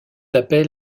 appel